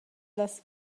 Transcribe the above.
las